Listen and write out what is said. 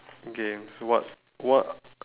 okay so what what